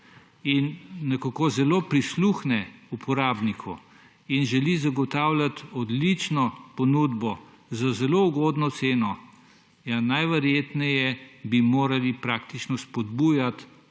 in nekako zelo prisluhne uporabniku in želi zagotavljati odlično ponudbo z zelo ugodno ceno, ja, najverjetneje bi morali praktično spodbujati